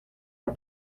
our